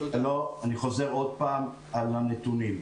אני חוזר עוד פעם על הנתונים.